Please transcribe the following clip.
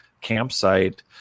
campsite